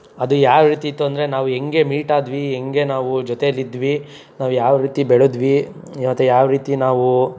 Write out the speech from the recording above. ಅದು ಯಾವ ರೀತಿ ಇತ್ತು ಅಂದರೆ ನಾವು ಹೆಂಗೆ ಮೀಟಾದ್ವಿ ಹೆಂಗೆ ನಾವು ಜೊತೆಯಲಿದ್ವಿ ನಾವು ಯಾವ ರೀತಿ ಬೆಳೆದ್ವಿ ಮತ್ತು ಯಾವ ರೀತಿ ನಾವು